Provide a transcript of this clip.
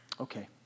Okay